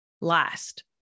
last